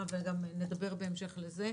דברים,